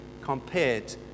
compared